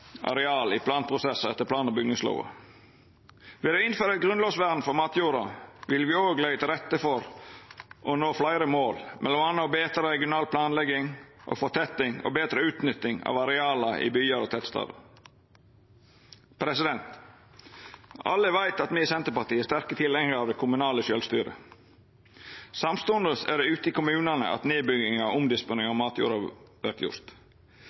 areal i planprosessar etter plan- og bygningslova. Ved å innføra eit grunnlovsvern for matjorda vil me òg leggja til rette for å nå fleire mål, m.a. å betra regional planlegging og fortetting og å betra utnyttinga av areala i byar og tettstader. Alle veit at me i Senterpartiet er sterke tilhengjarar av det kommunale sjølvstyret. Samstundes er det ute i kommunane at nedbygginga og omdisponeringa av matjorda vert